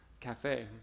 Cafe